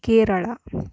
Kerala